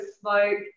smoke